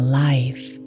life